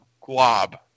glob